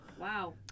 Wow